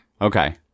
Okay